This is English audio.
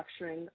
structuring